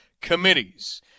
committees